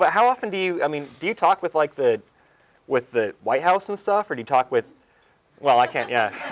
but how often do you, i mean do you talk with like the with the white house and stuff? or do you talk with well, i can't yeah